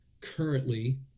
currently